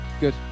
Good